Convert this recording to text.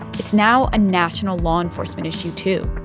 it's now a national law enforcement issue, too,